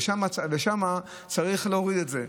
ושם צריך להוריד את זה.